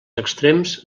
extrems